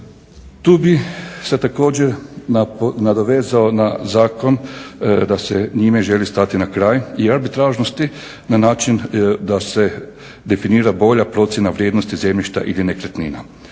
Tu bih se također nadovezao na zakon da se njime želi stati na kraj i arbitražnosti na način da se definira bolja procjena vrijednosti zemljišta ili nekretnina.